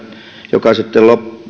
joka sitten